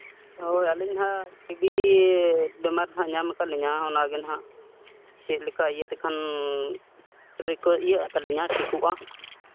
ᱦᱳᱭ ᱟᱹᱞᱤᱧ ᱦᱟᱸᱜ ᱴᱤᱵᱤ ᱵᱤᱢᱟᱨ ᱦᱟᱸᱜ ᱧᱟᱢ ᱠᱟᱜ ᱞᱤᱧᱟ ᱚᱱᱟᱜᱮ ᱦᱟᱸᱜ ᱪᱮᱫ ᱞᱮᱠᱟ ᱤᱭᱟᱹ ᱛᱮᱠᱷᱟᱱ ᱥᱚᱨᱤᱨ ᱠᱚ ᱤᱭᱟᱹᱜ ᱛᱟᱹᱞᱤᱧᱟ ᱴᱷᱤᱠᱚᱜᱼᱟ